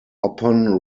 upon